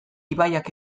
ibaiak